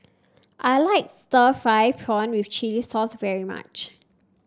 I like Stir Fried Prawn Chili Sauce very much